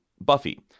Buffy